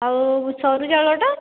ଆଉ ସରୁ ଚାଉଳଟା